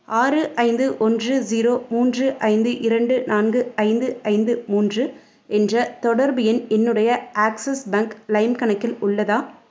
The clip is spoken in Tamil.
ஆறு ஐந்து ஒன்று ஜீரோ மூன்று ஐந்து இரண்டு நான்கு ஐந்து ஐந்து மூன்று என்ற தொடர்பு எண் என்னுடைய ஆக்ஸிஸ் பேங்க் லைம் கணக்கில் உள்ளதா